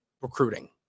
recruiting